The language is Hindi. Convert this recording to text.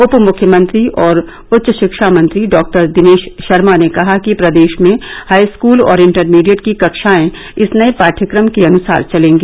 उप मुख्यमंत्री और उच्च शिक्षा मंत्री डॉ दिनेश शर्मा ने कहा कि प्रदेश में हाईस्कूल और इंटरमीडिएट की कक्षाएं इस नए पाठ्यक्रम के अनुसार चलेगी